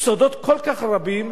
סודות כל כך רבים,